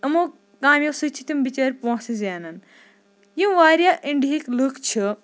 یِمو کامیو سۭتۍ چھِ تِم بِچٲرۍ پونٛسہٕ زینان یِم واریاہ اِنڈِہِکۍ لُکھ چھِ